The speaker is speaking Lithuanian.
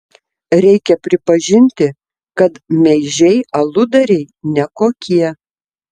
reikia pripažinti kad meižiai aludariai ne kokie